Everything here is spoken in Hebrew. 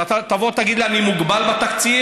אתה תבוא ותגיד: אני מוגבל בתקציב.